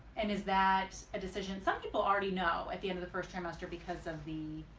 and is that a decision some people already know at the end of the first trimester because of the